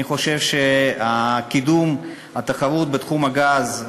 אני חושב שקידום התחרות בתחום הגז,